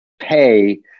pay